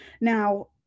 Now